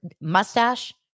mustache